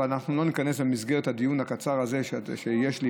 אבל אנחנו לא ניכנס לזה במסגרת הדיון הקצר שיש לי.